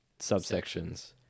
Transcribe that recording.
subsections